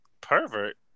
Pervert